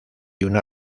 una